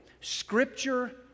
scripture